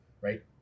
right